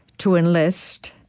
to enlist,